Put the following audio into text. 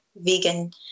vegan